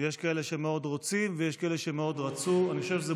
3 נאומים בני דקה 4 אלעזר שטרן (יש עתיד): 4